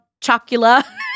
chocula